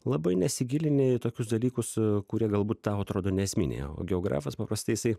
labai nesigilini į tokius dalykus kurie galbūt tau atrodo neesminiai o geografas paprastai jisai